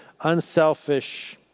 unselfish